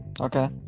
Okay